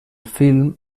film